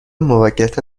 موقتا